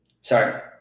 Sorry